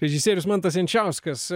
režisierius mantas jančiauskas